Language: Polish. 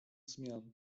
zmian